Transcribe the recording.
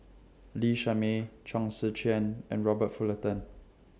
Lee Shermay Chong Tze Chien and Robert Fullerton